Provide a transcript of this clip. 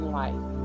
life